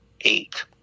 eight